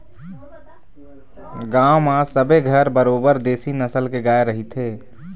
गांव म सबे घर बरोबर देशी नसल के गाय रहिथे